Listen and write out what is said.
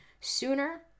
sooner